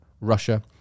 Russia